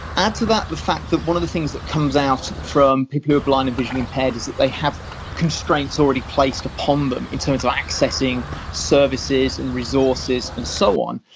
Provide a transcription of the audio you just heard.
ah to that the fact that one of the things that comes out from people who are blind and visually impaired is that they have constraints already placed upon them, in terms of accessing services and resources and so on.